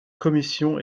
commission